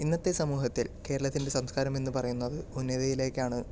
ഇന്നത്തെ സമൂഹത്തിൽ കേരളത്തിൻ്റെ സംസ്കാരം എന്ന് പറയുന്നത് ഉന്നതിയിലേക്കാണ്